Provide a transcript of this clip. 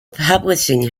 publishing